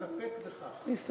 הוא מסתפק בכך.